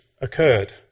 occurred